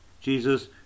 Jesus